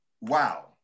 wow